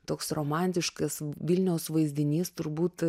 toks romantiškas vilniaus vaizdinys turbūt